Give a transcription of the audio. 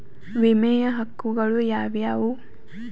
ವಿಮೆಯ ಹಕ್ಕುಗಳು ಯಾವ್ಯಾವು?